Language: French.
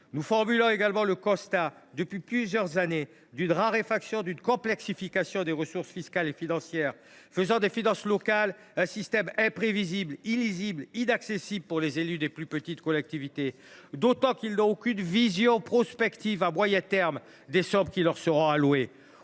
nous dressons également le constat d’une raréfaction et d’une complexification des ressources fiscales et financières, faisant des finances locales un système imprévisible, illisible et inaccessible pour les élus des plus petites collectivités, d’autant que ces derniers n’ont aucune vision prospective à moyen terme des sommes qui leur seront allouées.